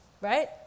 right